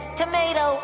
tomato